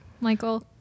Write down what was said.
Michael